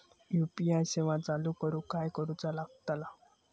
UPI सेवा चालू करूक काय करूचा लागता?